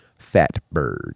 fatbird